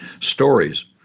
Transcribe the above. Stories